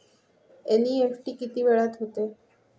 NEFT किती वेळात होते?